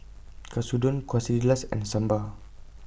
Katsudon Quesadillas and Sambar